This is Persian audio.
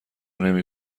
نمی